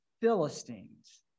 Philistines